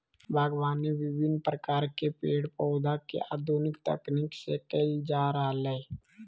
बागवानी विविन्न प्रकार के पेड़ पौधा के आधुनिक तकनीक से कैल जा रहलै